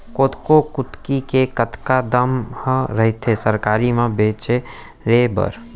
कोदो कुटकी के कतका दाम ह रइथे सरकारी म बेचे बर?